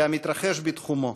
והמתרחש בתחומו.